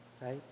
right